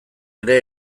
ere